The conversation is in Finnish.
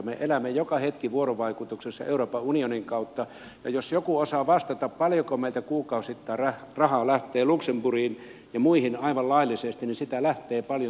me elämme joka hetki vuorovaikutuksessa euroopan unionin kautta ja jos joku osaa vastata paljonko meiltä kuukausittain rahaa lähtee luxemburgiin ja muihin aivan laillisesti niin sitä lähtee paljon